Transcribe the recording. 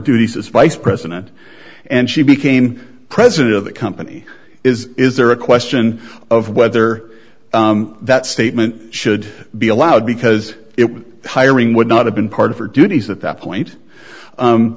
vice president and she became president of the company is is there a question of whether that statement should be allowed because it was hiring would not have been part of her duties at that point